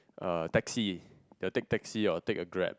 uh taxi they will take taxi or take a Grab